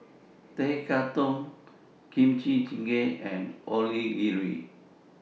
Tekkadon Kimchi Jjigae and Onigiri